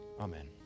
Amen